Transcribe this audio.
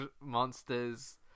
monsters